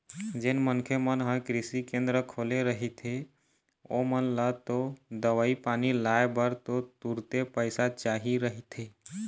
जेन मनखे मन ह कृषि केंद्र खोले रहिथे ओमन ल तो दवई पानी लाय बर तो तुरते पइसा चाही रहिथे